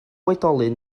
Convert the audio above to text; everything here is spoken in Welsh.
oedolyn